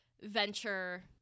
venture